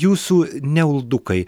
jūsų ne uldukai